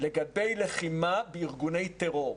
לגבי לחימה בארגוני טרור.